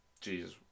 Jesus